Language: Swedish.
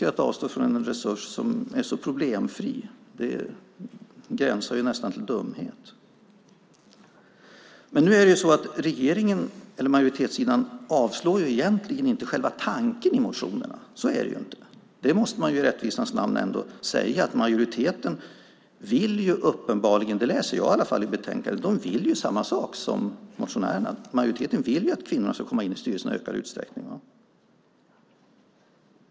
Att avstå från en resurs som är så problemfri gränsar nästan till dumhet. Majoritetssidan avstyrker egentligen inte själva tanken i motionerna. I rättvisans namn måste jag säga att majoriteten uppenbarligen vill samma sak som motionärerna; det läser åtminstone jag ut av betänkandet. Majoriteten vill att kvinnorna i ökad utsträckning ska komma in i styrelserna.